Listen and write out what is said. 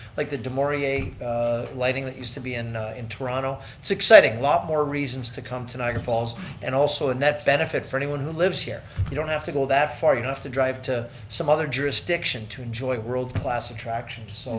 like the demoriate lighting that used to be in in toronto, it's exciting, lot more reasons to come to niagara falls and also a net benefit for anyone who lives here. you don't have to go that far. you don't have to drive to some other jurisdiction to enjoy world-class attractions. so